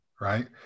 right